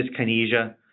dyskinesia